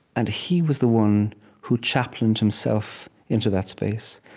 and he was the one who chaplained himself into that space.